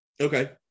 Okay